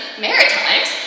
Maritimes